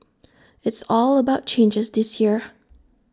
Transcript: it's all about changes this year